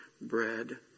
bread